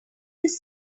this